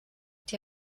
die